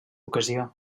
ocasió